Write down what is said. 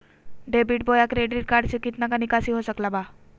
Debit बोया credit card से कितना का निकासी हो सकल बा?